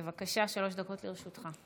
בבקשה, שלוש דקות לרשותך.